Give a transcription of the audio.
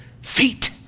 feet